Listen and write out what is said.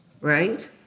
right